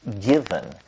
given